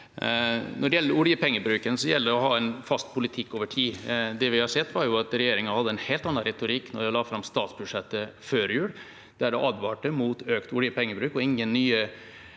Når det gjelder oljepengebruken, gjelder det å ha en fast politikk over tid. Det vi har sett, er at regjeringa hadde en helt annen retorikk da den la fram statsbudsjettet før jul. Da advarte den mot økt oljepengebruk, og ingen nye